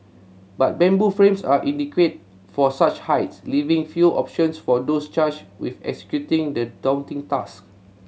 but bamboo frames are inadequate for such heights leaving few options for those charged with executing the daunting task